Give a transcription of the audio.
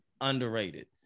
Underrated